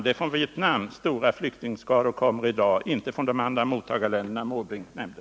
Det är från Vietnam de stora flyktingskarorna i dag kommer, inte från de andra mottagarländer som Bertil Måbrink nämnde.